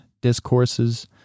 discourses